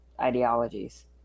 ideologies